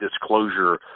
disclosure